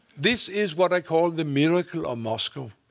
this is what i call the miracle of moscow.